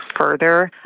further